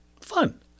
fun